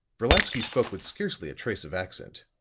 brolatsky spoke with scarcely a trace of accent.